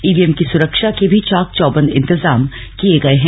EVM की सुरक्षा के भी चाक चौबंद इंतेजाम किये गये है